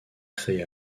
créé